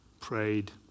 prayed